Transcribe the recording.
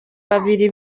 babiri